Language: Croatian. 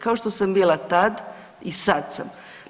Kao što sam bila tad i sad sam.